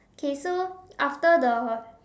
okay so after the